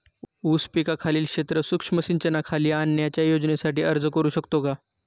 ऊस पिकाखालील क्षेत्र सूक्ष्म सिंचनाखाली आणण्याच्या योजनेसाठी अर्ज करू शकतो का?